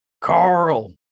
Carl